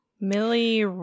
Millie